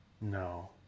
No